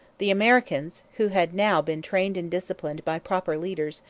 the americans, who had now been trained and disciplined by proper leaders,